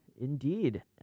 Indeed